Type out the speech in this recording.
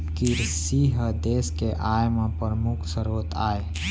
किरसी ह देस के आय म परमुख सरोत आय